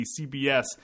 CBS